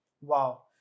Wow